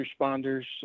responders